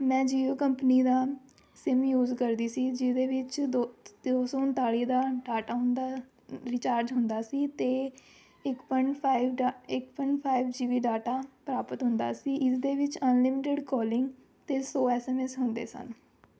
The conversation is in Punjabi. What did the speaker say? ਮੈਂ ਜੀਓ ਕੰਪਨੀ ਦਾ ਸਿੰਮ ਯੂਜ਼ ਕਰਦੀ ਸੀ ਜਿਹਦੇ ਵਿੱਚ ਦੋ ਸ ਦੋ ਸੌ ਉਨਤਾਲੀ ਦਾ ਡਾਟਾ ਹੁੰਦਾ ਰਿਚਾਰਜ ਹੁੰਦਾ ਸੀ ਅਤੇ ਇੱਕ ਪੁਆਇੰਟ ਫਾਈਵ ਡਾ ਇੱਕ point five G B data ਪ੍ਰਾਪਤ ਹੁੰਦਾ ਸੀ ਇਸਦੇ ਵਿੱਚ ਅਨਲਿਮਿਡ ਕਾਲਿੰਗ ਅਤੇ ਸੌ ਐੱਸ ਮੈ ਐੱਸ ਹੁੰਦੇ ਸਨ